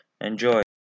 Enjoy